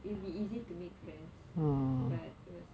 it'll be easy to make friends but it was